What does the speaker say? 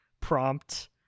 prompt